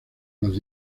las